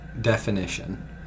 definition